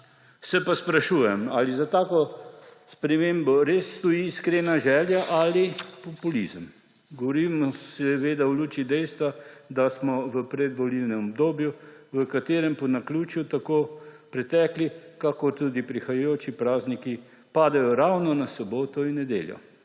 Se pa sprašujem, ali za tako spremembo res stoji iskrena želja ali populizem. Govorim seveda v luči dejstva, da smo v predvolilnem obdobju, v katerem po naključju tako pretekli kakor tudi prihajajoči prazniki padejo ravno na soboto in nedeljo.